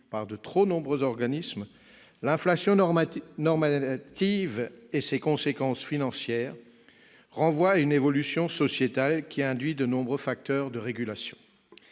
par de trop nombreux organismes, l'inflation normative et ses conséquences financières renvoient à une évolution sociétale induisant de nombreux facteurs de régulation.